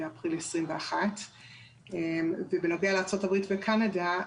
באפריל 2021. בנוגע לארצות הברית וקנדה,